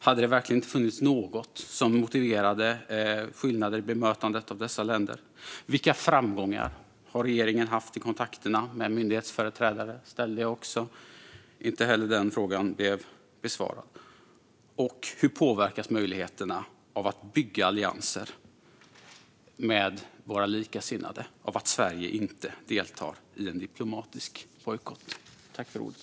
Hade det verkligen inte funnits något som motiverade skillnader i bemötandet av dessa länder? Vilka framgångar har regeringen haft i kontakterna med myndighetsföreträdare? Den frågan ställde jag också. Inte heller den blev besvarad. Hur påverkas möjligheterna att bygga allianser med våra likasinnade av att Sverige inte deltar i en diplomatisk bojkott?